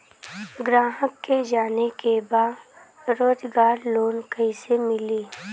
ग्राहक के जाने के बा रोजगार लोन कईसे मिली?